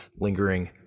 lingering